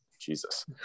Jesus